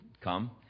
come